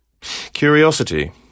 Curiosity